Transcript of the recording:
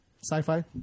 Sci-fi